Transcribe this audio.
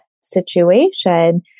situation